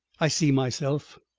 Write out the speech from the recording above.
i see myself,